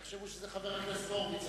יחשבו שזה חבר הכנסת הורוביץ.